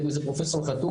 בין אם זה פרופ' חתוקה,